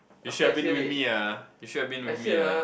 you should have been with me ah you should have been with me ah